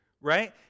Right